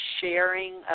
sharing